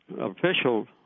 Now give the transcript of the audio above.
official